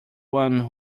one